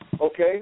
Okay